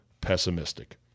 pessimistic